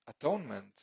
atonement